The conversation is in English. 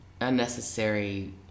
unnecessary